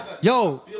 Yo